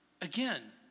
again